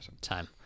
time